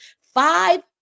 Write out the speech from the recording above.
five